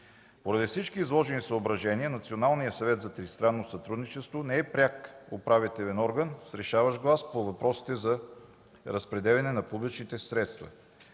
Поради всички изложени съображения Националният съвет за тристранно сътрудничество не е пряк управителен орган с решаващ глас по въпросите за разпределяне на публични средства.